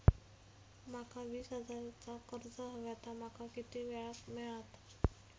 माका वीस हजार चा कर्ज हव्या ता माका किती वेळा क मिळात?